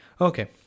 Okay